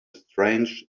strange